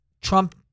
Trump